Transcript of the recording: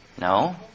No